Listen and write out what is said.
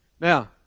Now